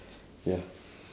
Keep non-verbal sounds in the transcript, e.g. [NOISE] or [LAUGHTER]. [BREATH] ya